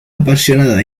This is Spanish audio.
apasionada